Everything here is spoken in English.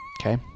Okay